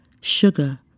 Sugar